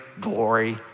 glory